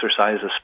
exercise